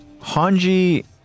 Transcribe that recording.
Hanji